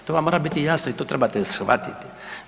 To vam mora biti jasno i to trebate shvatiti.